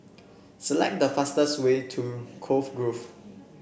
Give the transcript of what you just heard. select the fastest way to Cove Grove